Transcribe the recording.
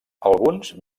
alguns